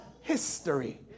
history